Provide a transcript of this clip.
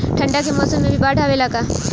ठंडा के मौसम में भी बाढ़ आवेला का?